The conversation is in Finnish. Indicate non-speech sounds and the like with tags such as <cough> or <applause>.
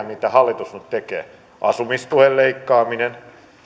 <unintelligible> mitä hallitus nyt tekee asumistuen leikkaaminen